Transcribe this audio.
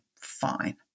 fine